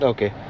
Okay